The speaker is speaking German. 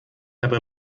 habe